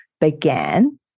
began